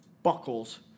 Buckles